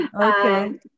Okay